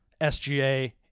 SGA